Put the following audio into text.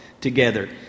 together